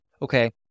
Okay